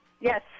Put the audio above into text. Yes